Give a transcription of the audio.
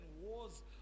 wars